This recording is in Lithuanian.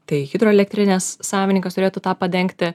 tai hidroelektrinės savininkas turėtų tą padengti